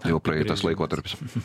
jau praeitas laikotarpis